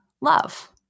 love